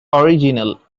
original